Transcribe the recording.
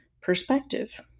perspective